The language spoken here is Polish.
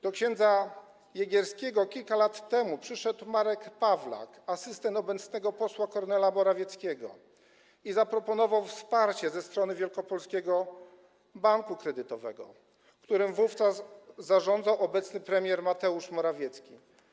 Do ks. Jegierskiego kilka lat temu przyszedł Marek Pawlak, asystent obecnego posła Kornela Morawieckiego, i zaproponował wsparcie ze strony Wielkopolskiego Banku Kredytowego, którym wówczas zarządzał obecny premier Mateusz Morawiecki.